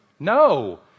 No